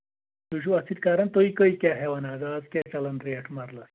تُہۍ چھِو اَتھ سۭتۍ کران تُہۍ کٔہۍ کیٛاہ ہٮ۪وان آز آز کیٛاہ چلان ریٹ مَرلَس